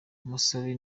musabe